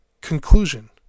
conclusion